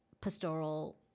pastoral